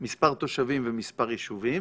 מספר תושבים ומספר יישובים?